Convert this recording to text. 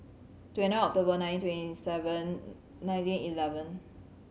twenty of the one nine twenty seven nineteen eleven